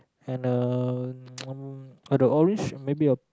and a mm ah the orange maybe a